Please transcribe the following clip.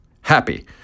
happy